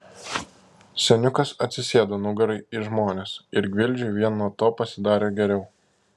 seniukas atsisėdo nugara į žmones ir gvildžiui vien nuo to pasidarė geriau